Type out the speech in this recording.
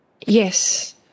Yes